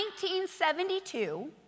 1972